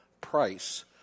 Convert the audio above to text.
Price